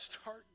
Start